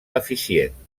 eficient